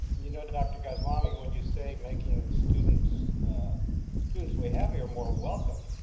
you know, dr. goswami, when you say making students students we have here more welcome,